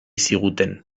ziguten